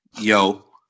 yo